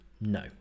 no